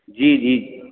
जी जी